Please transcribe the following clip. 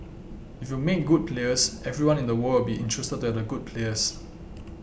if you make good players everyone in the world will be interested the good players